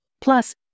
plus